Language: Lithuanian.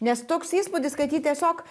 nes toks įspūdis kad ji tiesiog